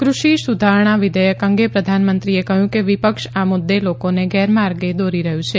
કૃષિ સુધારણા વિઘેયક અંગે પ્રધાનમંત્રીએ કહ્યું કે વિપક્ષ આ મુદ્દે લોકોને ગેરમાર્ગે દોરી રહ્યું છે